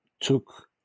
took